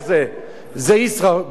זה ישראבלוף, אני אומר לך.